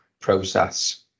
process